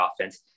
offense